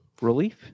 relief